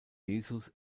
jesus